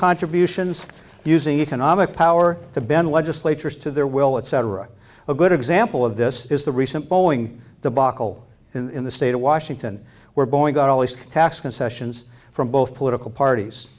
contributions using economic power to bend legislatures to their will etc a good example of this is the recent bowing the bottle in the state of washington where boeing got all these tax concessions from both political parties